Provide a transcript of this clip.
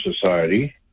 Society